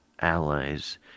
allies